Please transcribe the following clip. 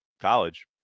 college